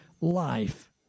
life